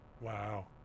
wow